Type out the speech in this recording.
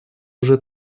уже